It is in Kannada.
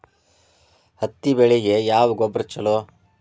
ಹತ್ತಿ ಬೆಳಿಗ ಯಾವ ಗೊಬ್ಬರ ಛಲೋ?